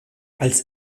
als